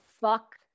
fuck